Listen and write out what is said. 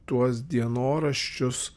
tuos dienoraščius